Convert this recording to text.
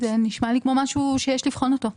זה נשמע לי כמו משהו שיש לבחון אותו.